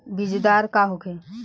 बीजदर का होखे?